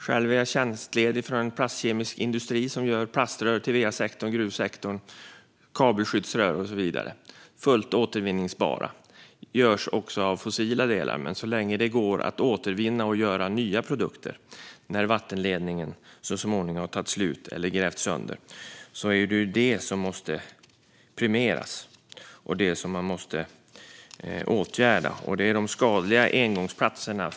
Själv är jag tjänstledig från en plastkemisk industri som gör plaströr till va-sektorn och gruvsektorn, kabelskyddsrör och så vidare, fullt återvinningsbara. De görs också av fossila delar, men så länge det går att återvinna och göra nya produkter när vattenledningen så småningom tagit slut eller grävts sönder är det detta som måste premieras. Det som måste åtgärdas är framför allt de skadliga engångsplasterna.